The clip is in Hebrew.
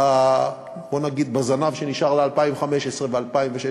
בוא נגיד בזנב שנשאר ב-2015 וב-2016,